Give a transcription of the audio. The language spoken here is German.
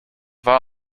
war